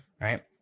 right